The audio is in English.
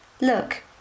Look